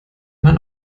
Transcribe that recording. man